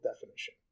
definition